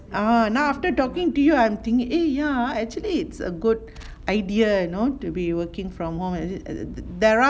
ah now after talking to you I'm thinking eh ya actually it's a good idea you know to be working from home there are